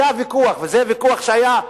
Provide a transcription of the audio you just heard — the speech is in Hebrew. זה הוויכוח, וזה הוויכוח שהיה,